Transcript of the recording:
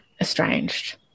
Estranged